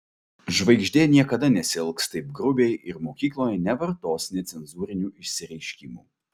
žvaigždė niekada nesielgs taip grubiai ir mokykloje nevartos necenzūrinių išsireiškimų